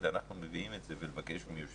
ולהגיד שאנחנו מביאים את זה ולבקש מיושב